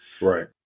Right